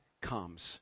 comes